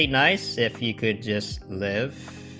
nice if he could just live